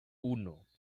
uno